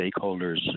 stakeholders